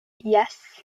yes